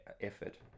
effort